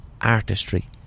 artistry